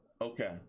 okay